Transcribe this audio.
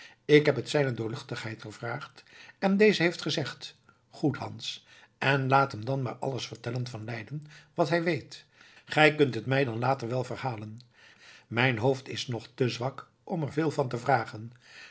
ik heb het zijne doorluchtigheid gevraagd en deze heeft gezegd goed hans en laat hem dan maar alles vertellen van leiden wat hij weet gij kunt het mij dan later wel verhalen mijn hoofd is nog te zwak om er veel van te vragen